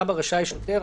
רשאי שוטר,